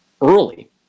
early